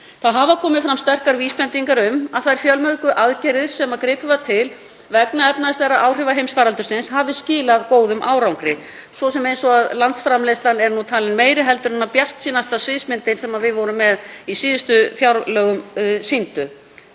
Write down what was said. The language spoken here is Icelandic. hafa fram sterkar vísbendingar um að þær fjölmörgu aðgerðir sem gripið var til vegna efnahagslegra áhrifa heimsfaraldursins hafi skilað góðum árangri, svo sem eins og að landsframleiðslan er nú talin meiri en bjartsýnasta sviðsmyndin sem við vorum með í síðustu fjárlögum sýndi.